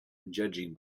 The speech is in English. judging